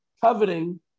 coveting